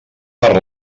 per